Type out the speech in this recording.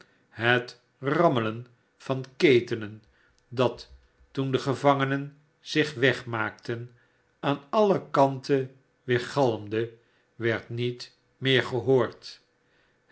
het rammelen van ketenen dat toen de gevangenen zich wegmaakten aan alle kanten weergalmde werd niet meer gehoord